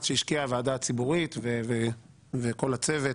שהשקיעה הוועדה הציבורית וכל הצוות